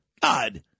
God